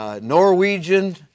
Norwegian